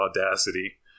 audacity